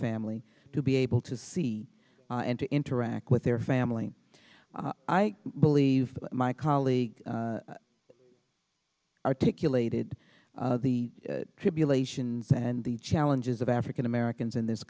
family to be able to see and to interact with their family i believe my colleague articulated the tribulations and the challenges of african americans in this